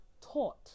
taught